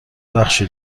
بخشی